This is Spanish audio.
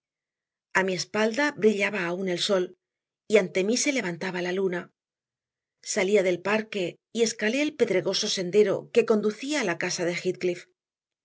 lentamente a mi espalda brillaba aún el sol y ante mí se levantaba la luna salía del parque y escalé el pedregoso sendero que conducía a la casa de